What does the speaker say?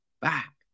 back